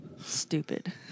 stupid